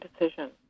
decision